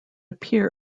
appear